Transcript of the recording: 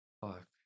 fuck